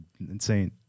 Insane